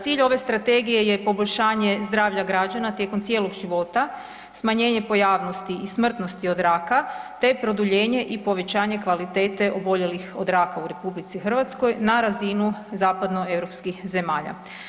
Cilj ove strategije je poboljšanje zdravlja građana tijekom cijelog života, smanjenje pojavnosti i smrtnosti od raka te produljenje i povećanje kvalitete oboljelih od raka u RH na razinu zapadnoeuropskih zemalja.